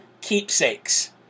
keepsakes